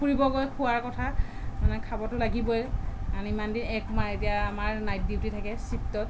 ফুৰিব গৈ খোৱাৰ কথা মানে খাবটো লাগিবই আমি ইমানদিন এক মাহ এতিয়া আমাৰ নাইট ডিউটি থাকে চিফটত